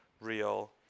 real